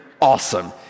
awesome